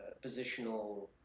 positional